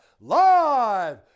Live